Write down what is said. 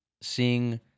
Seeing